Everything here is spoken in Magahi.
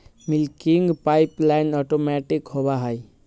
मिल्किंग पाइपलाइन ऑटोमैटिक होबा हई